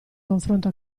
confronto